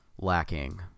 lacking